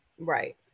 Right